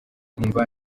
nkumva